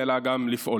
אלא גם לפעול,